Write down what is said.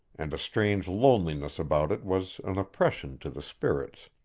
and a strange loneliness about it was an oppression to the spirits.